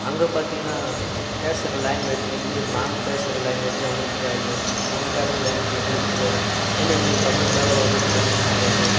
அங்கே பார்த்திங்கனா பேசுகிற லாங்குவேஜ் வந்து நாங்கள் பேசுகிற லாங்குவேஜி அவங்களுக்கு புரியாது அவங்க பேசுகிற லாங்குவேஜி எங்களுக்கு புரியாது ஏனால் எங்களுக்கு தமிழை தவிர வேறு ஏதும் பேசவும் தெரியாது